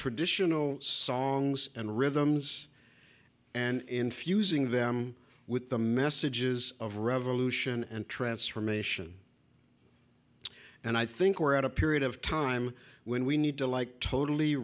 traditional songs and rhythms and infusing them with the messages of revolution and transformation and i think we're at a period of time when we need to like totally